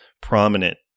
prominent